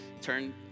turn